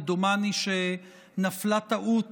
ודומני שנפלה טעות